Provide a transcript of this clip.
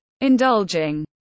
indulging